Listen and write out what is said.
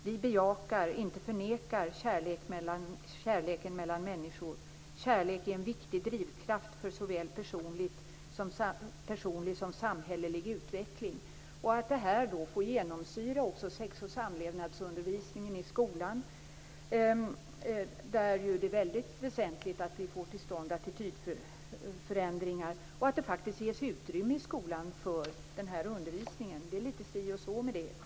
Vi bejakar, inte förnekar, kärleken mellan människor. Kärlek är en viktig drivkraft för såväl personlig som samhällelig utveckling." Detta måste också få genomsyra undervisningen i sex och samlevnad i skolan. Där är det väldigt väsentligt att vi får till stånd attitydförändringar och att det ges utrymme i skolan för den här undervisningen. Det är litet si och så med det i landet.